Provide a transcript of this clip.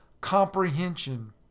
comprehension